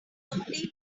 complete